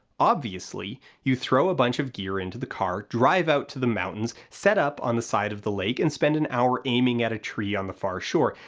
obviously, you throw a bunch of gear into the car, drive out to the mountains, set up on the side of the lake, and spend an hour aiming at a tree on the far shore,